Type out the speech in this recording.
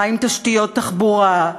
מה עם תשתיות תחבורה?